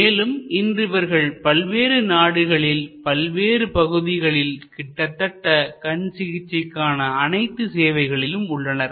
மேலும் இன்று இவர்கள் பல்வேறு நாடுகளின் பல்வேறு பகுதிகளில் கிட்டத்தட்ட கண் சிகிச்சைக்கான அனைத்து சேவைகளிலும் உள்ளனர்